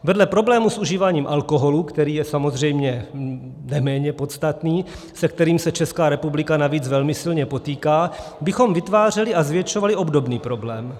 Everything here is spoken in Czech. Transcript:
Vedle problému s užíváním alkoholu, který je samozřejmě neméně podstatný, se kterým se Česká republika navíc velmi silně potýká, bychom vytvářeli a zvětšovali obdobný problém.